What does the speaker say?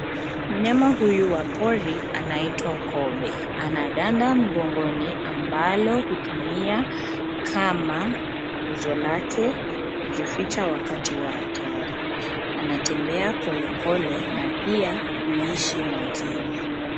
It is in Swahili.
Mnyama huyu wa pori anaitwa kobe. Ana ganda mgongoni ambalo hutumia kama nguzo lake kujificha wakati wa hatari. Anatembea polepole na pia huishi majini.